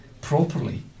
properly